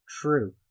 True